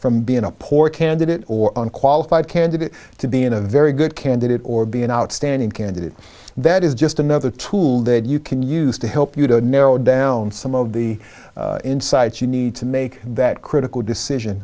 from being a poor candidate or on qualified candidate to being a very good candidate or be an outstanding candidate that is just another tool that you can use to help you to narrow down some of the insights you need to make that critical decision